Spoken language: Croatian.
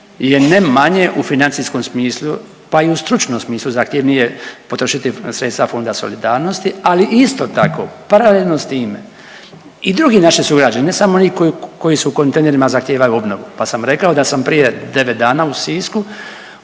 je ne manje u financijskom smislu, pa i stručnom smislu zahtjevnije potrošiti sredstva Fonda solidarnosti, ali isto tako paralelno s time i drugi naši sugrađani, ne samo oni koji su u kontejnerima i zahtijevaju obnovu pa sam rekao da sam prije 9 dana u Sisku